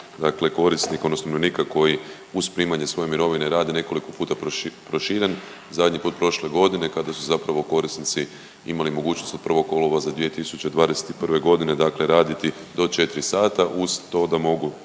dakle korisnik, odnosno umirovljenika koji uz primanje svoje mirovine radi nekoliko puta proširen, zadnji put prošle godine kada su zapravo korisnici imali mogućnost od 1. kolovoza 2021. g. dakle raditi do 4 sata uz to da mogu